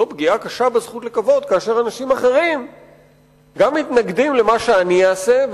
זו פגיעה קשה בזכות לכבוד כאשר אנשים אחרים גם מתנגדים למה שאני אעשה,